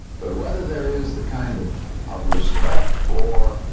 but whether there is the kind of of respect for